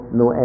no